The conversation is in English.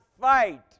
fight